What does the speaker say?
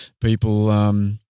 people –